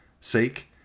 sake